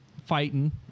fighting